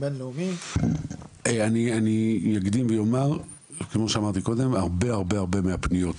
אני אקדים ואומר כמו קודם, הרבה מהפניות